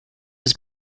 was